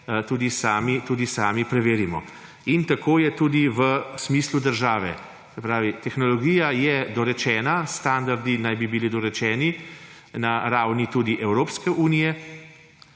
tudi sami preverimo. In tako je tudi v smislu države; se pravi, tehnologija je dorečena, standardi naj bi bili dorečeni na ravni tudi Evropske unije.